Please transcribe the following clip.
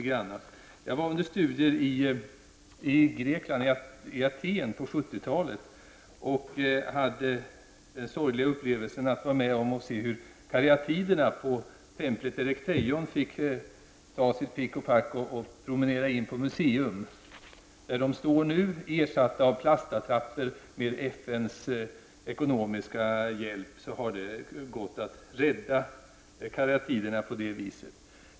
Under mina studier var jag i Grekland i Aten på 70 talet och hade den sorgliga upplevelsen att se hur karyatiderna i tempelt Erechtheion fick ''ta sitt pick pack och promenera'' in på ett museum. Där står de nu ersatta med plastattrapper. Med FNs ekonomiska hjälp har det gått att rädda karyatiderna på det viset.